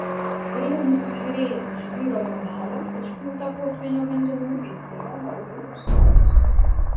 turėjau nusižiūrėjęs žvyro lomelę užpiltą potvynio vandenų ir joje gaudžiau ūsorius